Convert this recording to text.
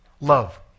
Love